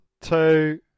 two